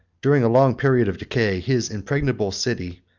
during a long period of decay, his impregnable city